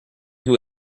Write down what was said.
who